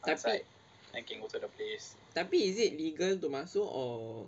tapi tapi is it legal to masuk or